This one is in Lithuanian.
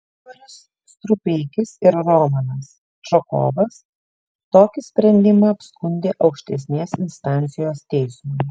igoris strupeikis ir romanas čokovas tokį sprendimą apskundė aukštesnės instancijos teismui